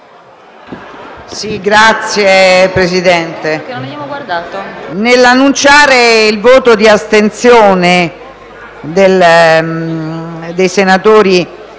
Signor Presidente, nell'annunciare il voto di astensione dei senatori